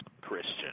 Christian